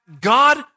God